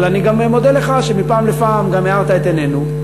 אבל אני גם מודה לך על שמפעם לפעם גם הארת את עינינו,